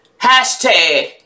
Hashtag